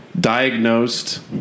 diagnosed